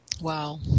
Wow